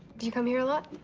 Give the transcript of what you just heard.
do you come here a lot?